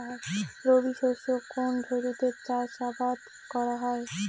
রবি শস্য কোন ঋতুতে চাষাবাদ করা হয়?